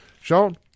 Sean